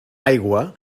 aigua